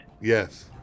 Yes